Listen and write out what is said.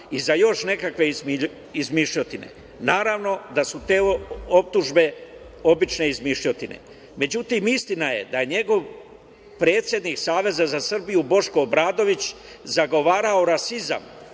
i za još nekakve izmišljotine. Naravno, da su te optužbe obične izmišljotine.Međutim, istina je da njegov predsednik Saveza za Srbiju, Boško Obradović zagovarao rasizam